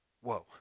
Whoa